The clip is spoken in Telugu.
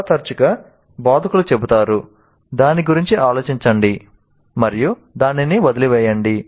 చాలా తరచుగా బోధకులు చెబుతారు "దాని గురించి ఆలోచించండి" మరియు దానిని వదిలివేయండి